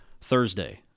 Thursday